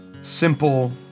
simple